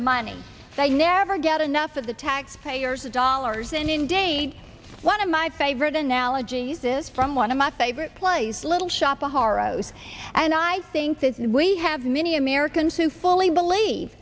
money they never get enough of the taxpayers dollars and in date one of my favorite analogies is from one of my favorite place little shop haros and i think that we have many americans who fully believe